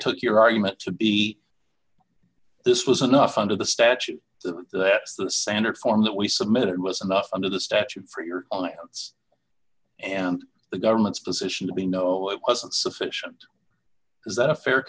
took your argument to be this was enough under the statute that the standard form that we submitted was enough under the statute for your own and the government's position to be no it wasn't sufficient is that a fair